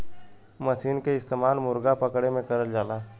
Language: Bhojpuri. मसीन के इस्तेमाल मुरगा पकड़े में करल जाला